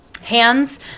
hands